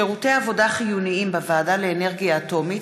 (שירותי עבודה חיוניים בוועדה לאנרגיה אטומית),